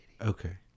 okay